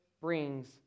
brings